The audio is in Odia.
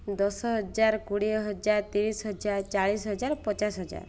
ଦଶ ହଜାର କୋଡ଼ିଏ ହଜାର ତିରିଶ ହଜାର ଚାଳିଶ ହଜାର ପଚାଶ ହଜାର